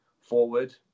forward